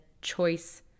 Choice